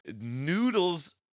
noodles